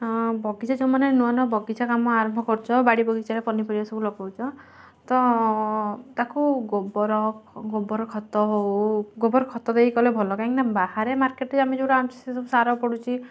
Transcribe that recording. ହଁ ବଗିଚା ଯେଉଁମାନେ ନୂଆ ନୂଆ ବଗିଚା କାମ ଆରମ୍ଭ କରୁଛ ବାଡ଼ି ବଗିଚାରେ ପନିପରିବା ସବୁ ଲଗାଉଛ ତ ତାକୁ ଗୋବର ଗୋବର ଖତ ହେଉ ଗୋବର ଖତ ଦେଇ କଲେ ଭଲ କାହିଁକିନା ବାହାରେ ମାର୍କେଟରେ ଆମେ ଯେଉଁଗୁଡ଼ା ଆଣୁଛୁ ସେ ସବୁ ସାର ପଡ଼ୁଛି